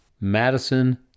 Madison